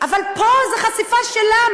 אבל פה זו חשיפה שלה,